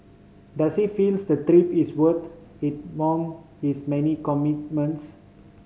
does he feels the trip is worth it among his many commitments